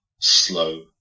slow